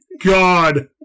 God